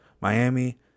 Miami